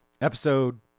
Episode